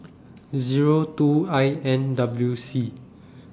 Zero two I N W C